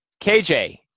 KJ